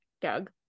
Doug